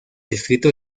distrito